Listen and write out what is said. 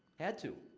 had to.